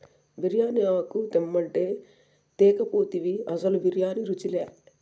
బిర్యానీ ఆకు తెమ్మంటే తేక పోతివి అసలు బిర్యానీ రుచిలే